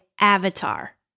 avatar